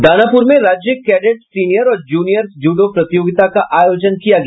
दानापुर में राज्य cadet senior और जूनियर जूडो प्रतियोगिता का आयोजन किया गया